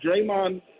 Draymond